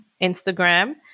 Instagram